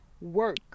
work